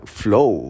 flow